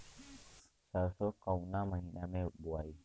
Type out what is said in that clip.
सरसो काउना महीना मे बोआई?